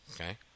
okay